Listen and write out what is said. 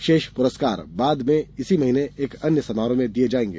शेष पुरस्कार बाद में इसी महीने एक अन्य समारोह में दिए जाएंगे